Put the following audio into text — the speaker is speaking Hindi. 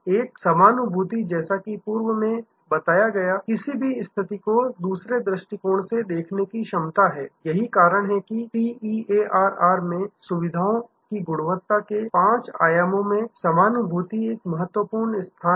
एक समानुभूति जैसा कि पूर्व में बताया गया किसी भी स्थिति को दूसरे दृष्टिकोण से देखने की क्षमता है यही कारण है कि TEARR में सेवाओं की गुणवत्ता के पांच आयामों में समानुभूति का एक महत्वपूर्ण स्थान हैं